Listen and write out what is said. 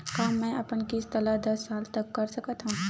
का मैं अपन किस्त ला दस साल तक कर सकत हव?